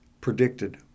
predicted